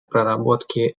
проработки